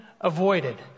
avoided